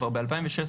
כבר ב-2016,